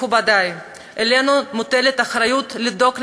מכובדי, עלינו מוטלת האחריות לדאוג לאדם,